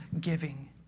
giving